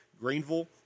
Greenville